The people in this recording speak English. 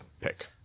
pick